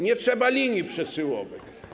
Nie trzeba linii przesyłowych.